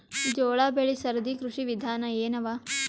ಜೋಳ ಬೆಳಿ ಸರದಿ ಕೃಷಿ ವಿಧಾನ ಎನವ?